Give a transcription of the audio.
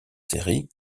série